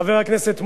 חבר הכנסת מולה,